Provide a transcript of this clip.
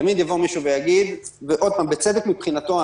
תמיד יבוא מישהו ויגיד בצדק מבחינתו,